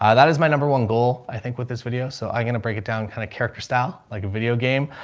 that is my number one goal i think with this video. so i'm going to break it down kind of character style, like a video game.